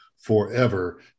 forever